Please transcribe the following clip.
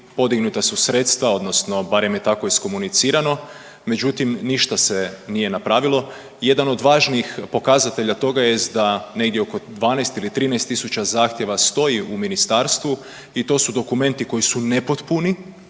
podignuta su sredstva odnosno barem je tako iskomunicirano, međutim ništa se nije napravilo i jedan od važnijih pokazatelja toga jest da negdje oko 12 ili 13.000 zahtjeva stoji u ministarstvu i to su dokumenti koji su nepotpuni